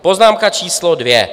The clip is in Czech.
Poznámka číslo dvě.